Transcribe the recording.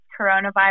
coronavirus